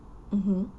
mmhmm